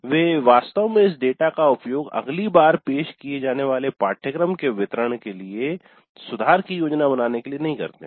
वे वास्तव में इस डेटा का उपयोग अगली बार पेश किए जाने वाले पाठ्यक्रम के वितरण के लिए सुधार की योजना बनाने के लिए नहीं करते हैं